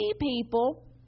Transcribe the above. people